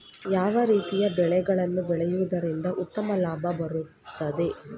ಯಾವ ರೀತಿಯ ಬೆಳೆಗಳನ್ನು ಬೆಳೆಯುವುದರಿಂದ ಉತ್ತಮ ಲಾಭ ಬರುತ್ತದೆ?